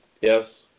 Yes